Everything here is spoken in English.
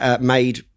made